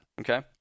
Okay